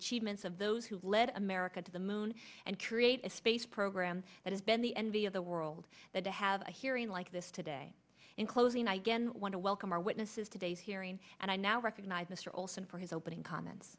achievements of those who lead america to the moon and create a space program that has been the envy of the world that to have a hearing like this today in closing i want to welcome our witnesses today's hearing and i now recognize mr olson for his opening comments